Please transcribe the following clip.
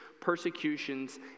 persecutions